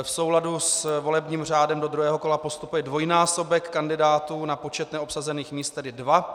V souladu s volebním řádem do druhého kola postupuje dvojnásobek kandidátů na počet neobsazených míst, tedy dva.